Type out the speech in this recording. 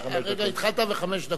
הרגע התחלת, וחמש דקות עברו, אתה רואה?